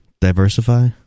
diversify